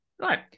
Right